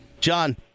John